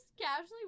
casually